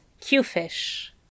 Q-Fish